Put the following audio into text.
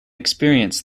experience